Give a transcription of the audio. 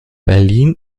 berlin